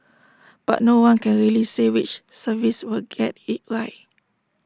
but no one can really say which service will get IT right